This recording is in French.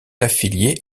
affilié